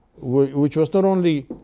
which is not only